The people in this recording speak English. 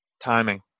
Timing